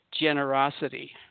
generosity